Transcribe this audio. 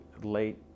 late